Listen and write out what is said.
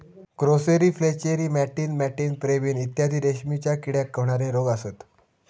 grasserie flacherie मॅटिन मॅटिन pebrine इत्यादी रेशीमच्या किड्याक होणारे रोग असत